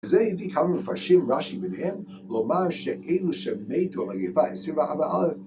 זה הביא כמה מפרשים, רש"י ביניהם, לומר שאלו שמתו במגפה - 24,000